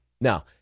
Now